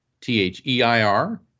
T-H-E-I-R